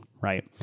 right